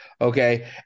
Okay